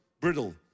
brittle